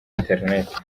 interineti